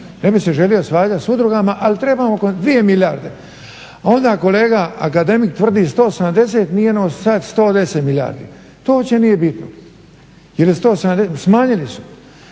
Ne bih se želio svađati s udrugama ali trebaju oko 2 milijarde. Onda kolega akademik tvrdi 170 minus 110 milijardi, to uopće nije bitno. Jer je, smanjili su.